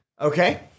Okay